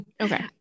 okay